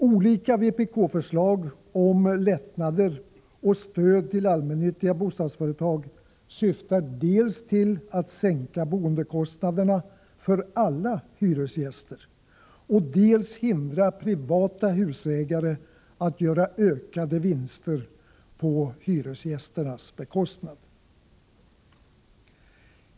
Olika vpk-förslag om lättnader för och stöd till allmännyttiga bostadsföretag syftar dels till att sänka boendekostnaderna för alla hyresgäster, dels till att hindra privata husägare från att göra ökade vinster på hyresgästernas bekostnad.